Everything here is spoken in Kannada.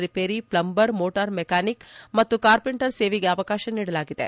ರಿಪೇರಿ ಪ್ಲಂಬರ್ ಮೋಟಾರ್ ಮೆಕಾನಿಕ್ ಮತ್ತು ಕಾರ್ಪೆಂಟರ್ ಸೇವೆಗೆ ಅವಕಾಶ ನೀಡಲಾಗಿದೆ